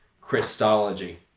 Christology